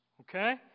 okay